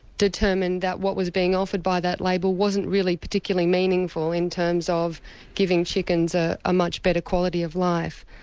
determined that what was being offered by that label wasn't really particularly meaningful in terms of giving chickens a ah much better quality of life.